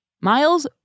Miles